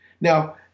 now